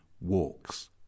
walks